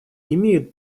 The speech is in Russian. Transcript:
имеют